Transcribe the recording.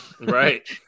right